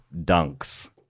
dunks